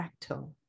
fractal